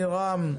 לירם.